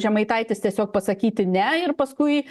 žemaitaitis tiesiog pasakyti ne ir paskui